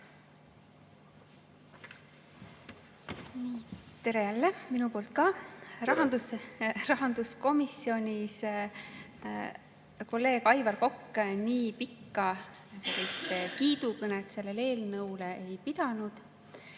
Tere jälle, minu poolt ka! Rahanduskomisjonis kolleeg Aivar Kokk nii pikka kiidukõnet sellele eelnõule ei pidanud. Isamaa